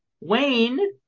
Wayne